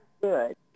good